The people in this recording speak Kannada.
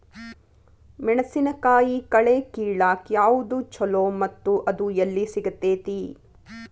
ಮೆಣಸಿನಕಾಯಿ ಕಳೆ ಕಿಳಾಕ್ ಯಾವ್ದು ಛಲೋ ಮತ್ತು ಅದು ಎಲ್ಲಿ ಸಿಗತೇತಿ?